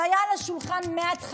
זה היה על השולחן מההתחלה,